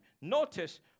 Notice